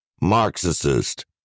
Marxist